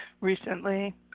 recently